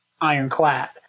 ironclad